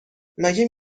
مگه